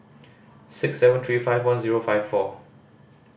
six seven three five one zero five four